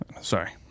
Sorry